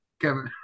Kevin